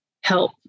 help